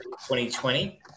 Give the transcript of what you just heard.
2020